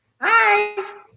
Hi